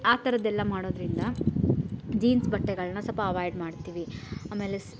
ಆ ಥರದ್ದೆಲ್ಲ ಮಾಡೋದರಿಂದ ಜೀನ್ಸ್ ಬಟ್ಟೆಗಳನ್ನ ಸ್ವಲ್ಪ ಅವಾಯ್ಡ್ ಮಾಡ್ತೀವಿ ಆಮೇಲೆ ಸ್